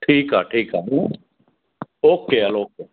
ठीकु आहे ठीकु आहे हूं ओके हलो